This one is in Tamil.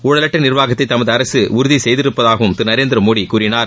ஊழலற்ற நிர்வாகத்தை தமது அரசு உறுதி செய்திருப்பதாகவும் திரு நரேந்திரமோடி கூறினார்